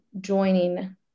joining